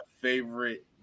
favorite